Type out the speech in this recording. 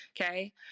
Okay